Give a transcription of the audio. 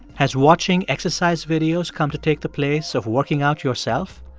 has watching exercise videos come to take the place of working out yourself?